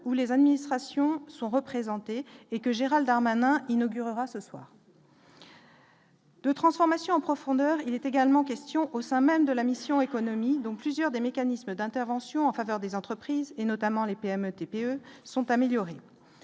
ou les administrations sont représentés et que Gérald art inaugurera ce soir. De transformation en profondeur, il est également question au sein même de la mission économique dont plusieurs des mécanismes d'intervention en faveur des entreprises et notamment les PME, TPE sont améliorés